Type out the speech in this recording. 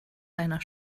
seiner